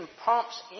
pumps